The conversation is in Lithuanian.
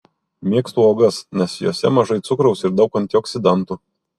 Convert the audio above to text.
mėgstu uogas nes jose mažai cukraus ir daug antioksidantų